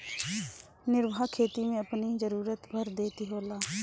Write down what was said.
निर्वाह खेती में अपनी जरुरत भर खेती होला